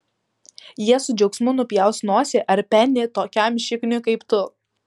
jie su džiaugsmu nupjaus nosį ar penį tokiam šikniui kaip tu